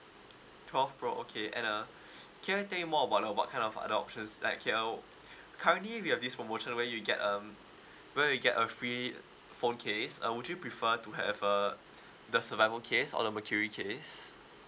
twelve pro okay and uh can I tell you more about uh what kind of other options like K uh currently we have this promotion where you get um where you get a free phone case uh would you prefer to have uh the survivor case or the mercury case